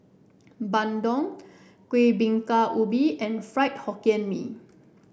Bandung Kueh Bingka Ubi and Fried Hokkien Mee